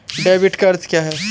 Debit का अर्थ क्या है?